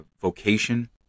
Vocation